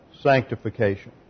sanctification